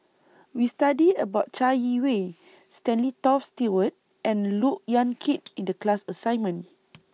We studied about Chai Yee Wei Stanley Toft Stewart and Look Yan Kit in The class assignment